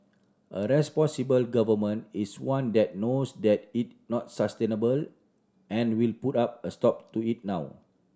a responsible Government is one that knows that is not sustainable and will put up a stop to it now